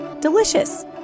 Delicious